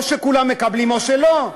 או שכולם מקבלים או שלא.